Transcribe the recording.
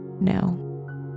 no